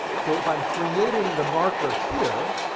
so if i'm creating the marker here,